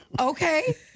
Okay